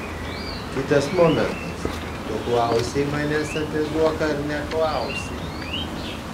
kitas momentas tu klausei manęs apie zuoką ar neklausei